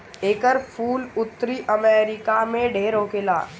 एकर फूल उत्तरी अमेरिका में ढेर होखेला